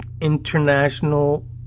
International